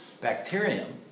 bacterium